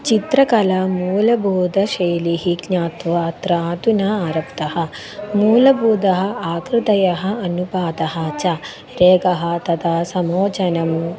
चित्रकला मूलभूतशैलीं ज्ञात्वा अत्र अधुना आरब्दः मूलभूतः आकृतयः अनुपातः च रेखा तथा समोचनं